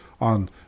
on